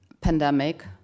pandemic